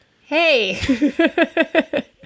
Hey